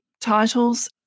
titles